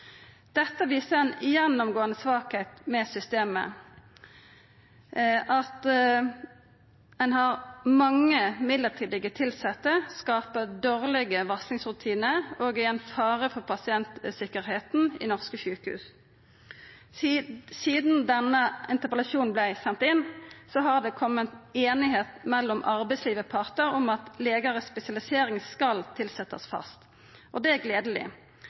Dette viser ei gjennomgåande svakheit ved systemet. Når det er så mange midlertidig tilsette, skaper det dårlege varslingsrutinar og er ein fare for pasientsikkerheita i norske sjukehus. Sidan denne interpellasjonen vart send inn, har partane i arbeidslivet vorte einige om at legar i spesialisering skal tilsetjast fast. Det er gledeleg.